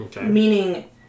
meaning